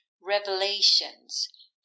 revelations